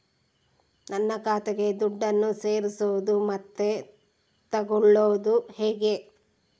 ನನ್ನ ಖಾತೆಗೆ ದುಡ್ಡನ್ನು ಸೇರಿಸೋದು ಮತ್ತೆ ತಗೊಳ್ಳೋದು ಹೇಗೆ?